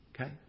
okay